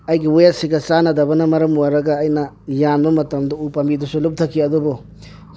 ꯑꯩꯒꯤ ꯋꯦꯠꯁꯤꯒ ꯆꯥꯟꯅꯗꯕꯅ ꯃꯔꯝ ꯑꯣꯏꯔꯒ ꯑꯩꯅ ꯌꯥꯟꯕ ꯃꯇꯝꯗ ꯎꯄꯥꯝꯕꯤꯗꯨꯁꯨ ꯂꯨꯞꯊꯈꯤ ꯑꯗꯨꯕꯨ